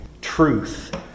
truth